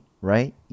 right